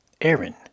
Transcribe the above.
Aaron